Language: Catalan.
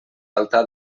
altar